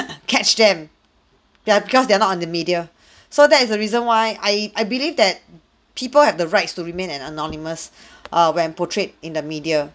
catch them ya because they are not on the media so that is the reason why I I believe that people have the rights to remain an anonymous err when portrayed in the media